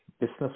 business